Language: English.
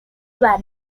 were